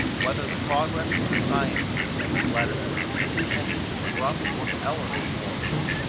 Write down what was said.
whether the progress of the sciences and of letters has tended to corrupt or to elevate morals.